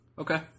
Okay